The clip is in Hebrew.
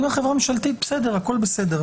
הכול בסדר.